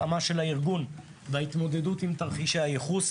התאמת הארגון להתמודדות עם תרחישי הייחוס.